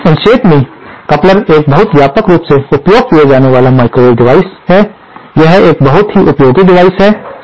इसलिए संक्षेप में एक कपलर एक बहुत व्यापक रूप से उपयोग किया जाने वाला माइक्रोवेव डिवाइस है यह एक बहुत ही उपयोगी डिवाइस है